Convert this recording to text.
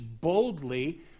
boldly